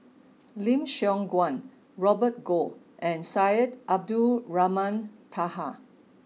Lim Siong Guan Robert Goh and Syed Abdulrahman Taha